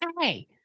Hey